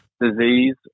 disease